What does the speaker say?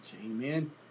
Amen